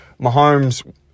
Mahomes